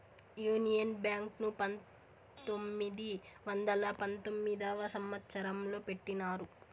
union Bank ను పంతొమ్మిది వందల పంతొమ్మిదవ సంవచ్చరంలో పెట్టినారు